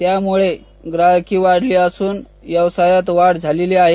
त्यामुळे ग्राहकही वाढले असून व्यवसायात वाढ झालेली आहे